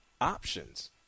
options